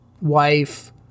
wife